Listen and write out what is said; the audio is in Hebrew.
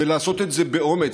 ולעשות את זה באומץ.